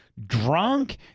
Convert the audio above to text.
Drunk